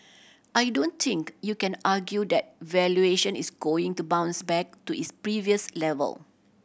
I don't think you can argue that valuation is going to bounce back to its previous level